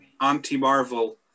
anti-Marvel